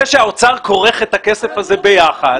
זה שהאוצר כורך את הכסף הזה ביחד.